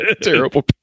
terrible